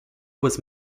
was